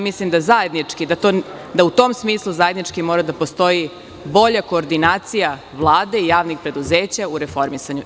Mislim, da u tom smislu, zajednički mora da postoji bolja koordinacija Vlade i javnih preduzeća u reformisanju.